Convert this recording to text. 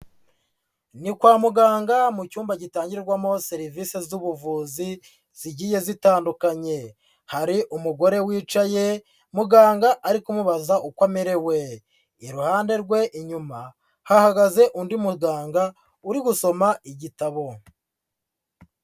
Ni kwa muganga mu cyumba gitangirwamo serivisi z'ubuvuzi zigiye zitandukanye, hari umugore wicaye muganga ari kumubaza uko amerewe, iruhande rwe inyuma hahagaze undi muganga uri gusoma igitabo.